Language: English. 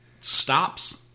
stops